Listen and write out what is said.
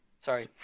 sorry